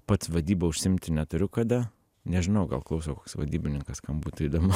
pats vadyba užsiimti neturiu kada nežinau gal klauso koks vadybininkas kam būtų įdomu